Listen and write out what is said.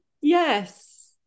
yes